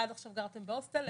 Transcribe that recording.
עד עכשיו גרתם בהוסטל,